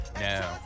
No